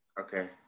Okay